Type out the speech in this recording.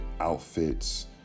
outfits